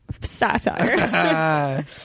satire